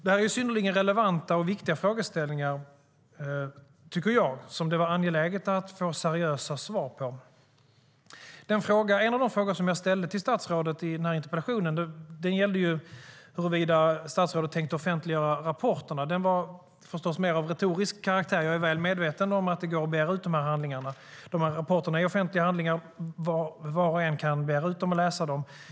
Detta är synnerligen relevanta och viktiga frågeställningar, tycker jag, som det var angeläget att få seriösa svar på. En av de frågor som jag ställde till statsrådet i interpellationen gällde huruvida statsrådet tänkte offentliggöra rapporterna. Den var förstås av mer retorisk karaktär. Jag är väl medveten om att det går att begära ut handlingarna. Rapporterna är offentliga handlingar; var och en kan begära ut dem och läsa dem.